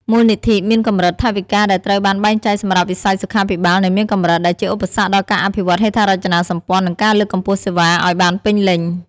មូលនិធិមានកម្រិត ថវិកាដែលត្រូវបានបែងចែកសម្រាប់វិស័យសុខាភិបាលនៅមានកម្រិត ដែលជាឧបសគ្គដល់ការអភិវឌ្ឍហេដ្ឋារចនាសម្ព័ន្ធ និងការលើកកម្ពស់សេវាឱ្យបានពេញលេញ។